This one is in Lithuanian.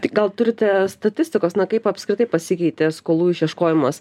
tai gal turite statistikos na kaip apskritai pasikeitė skolų išieškojimas